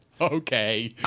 Okay